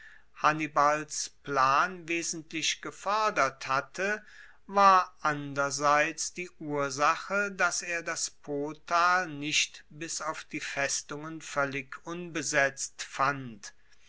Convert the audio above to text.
hannibals plan wesentlich gefoerdert hatte war anderseits die ursache dass er das potal nicht bis auf die festungen voellig unbesetzt fand